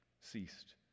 ceased